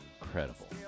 incredible